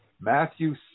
Matthew